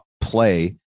play